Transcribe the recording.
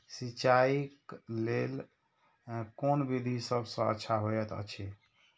सिंचाई क लेल कोन विधि सबसँ अच्छा होयत अछि?